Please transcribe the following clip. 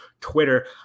twitter